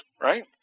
right